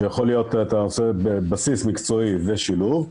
שיכול להיות שאתה עושה בסיס מקצועי ושילוב.